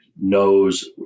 knows